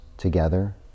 together